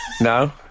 No